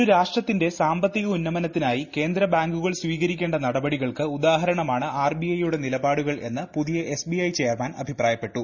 ഒരു രാഷ്ട്രത്തിന്റെ സാമ്പത്തിക ഉന്നമന്ത്തിനായി കേന്ദ്രബാങ്കുകൾ സ്വീകരിക്കേണ്ട നടപടികൾക്ക് ഉദാഹരണമാണ് ആർബിഐയുടെ നിലപാടുകൾ എന്ന് പുതിയ് എസ് ബി ഐ ചെയർമാൻ അഭിപ്രായപ്പെട്ടു